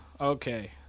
Okay